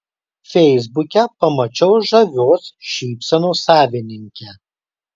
feisbuke pamačiau žavios šypsenos savininkę